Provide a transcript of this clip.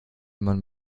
man